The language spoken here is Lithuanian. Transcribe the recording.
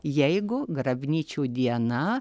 jeigu grabnyčių diena